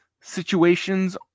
situations